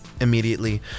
Immediately